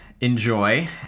enjoy